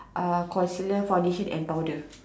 uh concealer foundation and powder